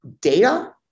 data